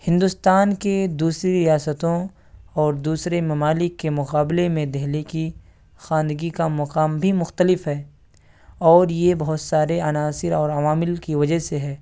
ہندوستان کے دوسری ریاستوں اور دوسرے ممالک کے مقابلے میں دہلی کی خواندگی کا مقام بھی مختلف ہے اور یہ بہت سارے عناصر اور عوامل کی وجہ سے ہے